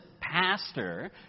pastor